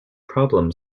problem